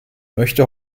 möchte